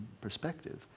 perspective